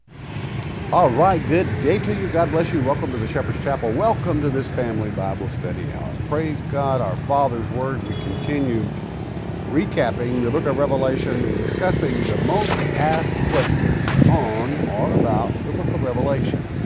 all right good day to you, god bless you welcome to the shepherd's chapel, welcome to this family bible study hour. praise god our father's word, we continue recapping the book of revelation and discussing the most asked questions on, our about the book of revelation.